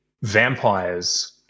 Vampires